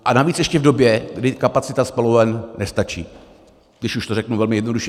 A navíc ještě v době, kdy kapacita spaloven nestačí, když už to řeknu velmi jednoduše.